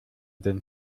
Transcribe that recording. den